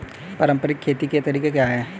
पारंपरिक खेती के तरीके क्या हैं?